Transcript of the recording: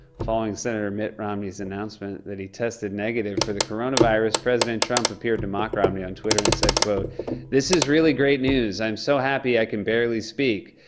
following senator mitt romney's announcement that he tested negative for the coronavirus, president trump appeared to mock romney on twitter and said, this is really great news! i'm so happy i can barely speak.